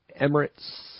Emirates